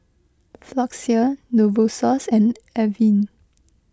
Floxia Novosource and Avene